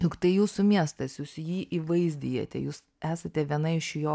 juk tai jūsų miestas jūs jį įvaizdijate jūs esate viena iš jo